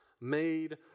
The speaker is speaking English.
made